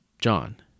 John